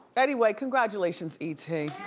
anyway, congratulations, et.